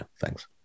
thanks